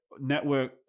Network